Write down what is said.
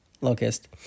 Locust